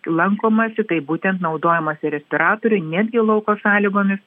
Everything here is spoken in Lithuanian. lankomasi tai būtent naudojamasi respiratoriu netgi lauko sąlygomis